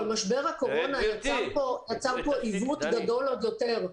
אבל משבר הקורונה יצר פה עיוות גדול עוד יותר.